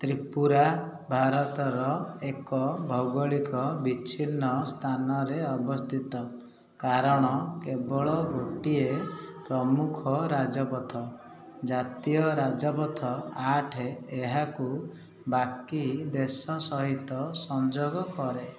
ତ୍ରିପୁରା ଭାରତର ଏକ ଭୌଗୋଳିକ ବିଚ୍ଛିନ୍ନ ସ୍ଥାନରେ ଅବସ୍ଥିତ କାରଣ କେବଳ ଗୋଟିଏ ପ୍ରମୁଖ ରାଜପଥ ଜାତୀୟ ରାଜପଥ ଆଠେ ଏହାକୁ ବାକି ଦେଶ ସହିତ ସଂଯୋଗ କରେ